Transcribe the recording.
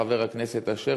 חבר הכנסת אשר,